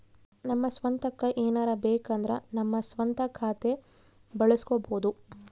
ನಮ್ಮ ಸ್ವಂತಕ್ಕ ಏನಾರಬೇಕಂದ್ರ ನಮ್ಮ ಸ್ವಂತ ಖಾತೆ ಬಳಸ್ಕೋಬೊದು